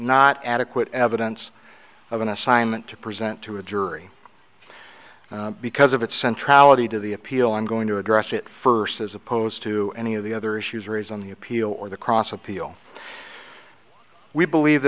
not adequate evidence of an assignment to present to a jury because of its central to the appeal i'm going to address it first as opposed to any of the other issues raised on the appeal or the cross appeal we believe